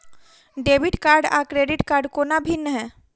Debit card आ credit कोना भिन्न है?